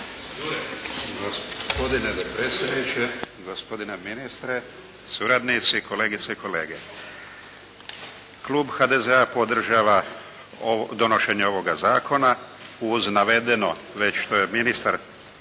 Gospodine dopredsjedniče, gospodine ministre, suradnici, kolegice i kolege. Klub HDZ-a podržava donošenje ovoga zakona uz navedeno već što je ministar